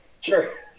Sure